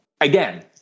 again